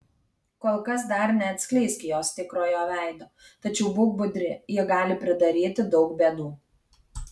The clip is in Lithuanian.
kol kas dar neatskleisk jos tikrojo veido tačiau būk budri ji gali pridaryti daug bėdų